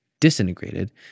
disintegrated